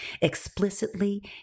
explicitly